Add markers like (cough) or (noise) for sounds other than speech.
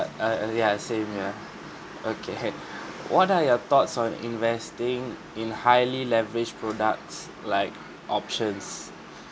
uh uh early ah same here (laughs) okay what are your thoughts on investing in highly leveraged products like options